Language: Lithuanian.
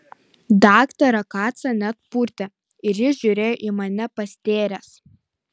daktarą kacą net purtė ir jis žiūrėjo į mane pastėręs